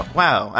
wow